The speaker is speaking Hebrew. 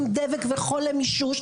בדבק ובחול למישוש,